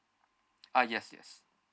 uh yes yes